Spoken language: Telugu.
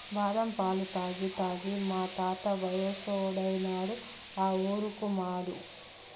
బాదం పాలు తాగి తాగి మా తాత వయసోడైనాడు ఆ ఊరుకుమాడు